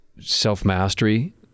self-mastery